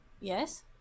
Yes